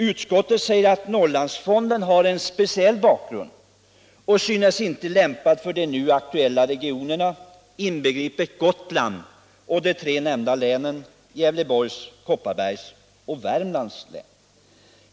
Utskottet säger att Norrlandsfonden har en speciell bakgrund och inte synes lämpad för de nu aktuella regionerna, inbegripet Gotland och de tre nämnda länen, Gävleborgs, Kopparbergs och Värmlands län.